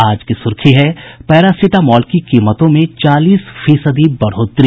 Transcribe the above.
आज की सुर्खी है पैरासिटामॉल की कीमतों में चालीस फीसदी बढ़ोतरी